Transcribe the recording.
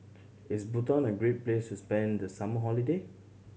is Bhutan a great place to spend the summer holiday